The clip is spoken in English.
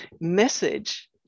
message